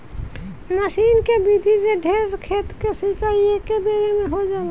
मसीन के विधि से ढेर खेत के सिंचाई एकेबेरे में हो जाला